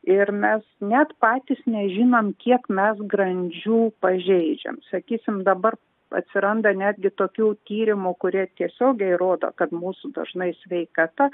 ir mes net patys nežinom kiek mes grandžių pažeidžiam sakysim dabar atsiranda netgi tokių tyrimų kurie tiesiogiai rodo kad mūsų dažnai sveikata